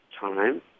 time